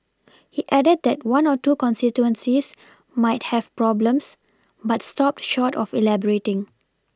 he added that one or two constituencies might have problems but stopped short of elaborating